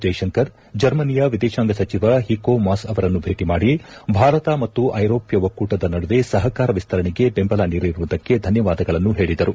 ಜೈಶಂಕರ್ ಜರ್ಮನಿಯ ವಿದೇಶಾಂಗ ಸಚಿವ ಹಿಕೋ ಮಾಸ್ ಅವರನ್ನು ಭೇಟಿ ಮಾದಿ ಭಾರತ ಮತ್ತು ಐರೋಪ್ಯ ಒಕ್ಕೂಟದ ನಡುವೆ ಸಹಕಾರ ವಿಸ್ತರಣೆಗೆ ಬೆಂಬಲ ನೀದಿರುವುದಕ್ಕೆ ಧನ್ಯವಾದಗಳನ್ನು ಹೇಳಿದರು